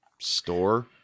Store